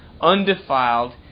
undefiled